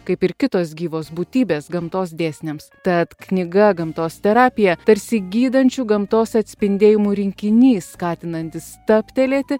kaip ir kitos gyvos būtybės gamtos dėsniams tad knyga gamtos terapija tarsi gydančių gamtos atspindėjimų rinkinys skatinantis stabtelėti